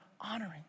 honoring